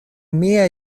mia